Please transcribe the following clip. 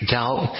doubt